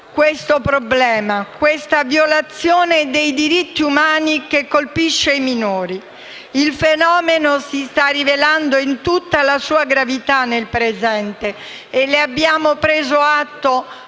Il fenomeno si sta rivelando in tutta la sua gravità nel presente e ne abbiamo preso atto